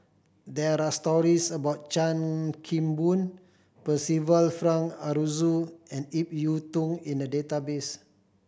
there are stories about Chan Kim Boon Percival Frank Aroozoo and Ip Yiu Tung in the database